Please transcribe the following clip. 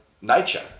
nature